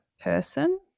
person